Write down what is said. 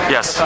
Yes